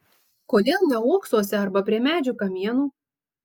kodėl ne uoksuose arba prie medžių kamienų